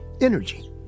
energy